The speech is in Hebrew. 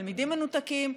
התלמידים מנותקים,